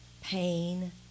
pain